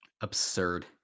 Absurd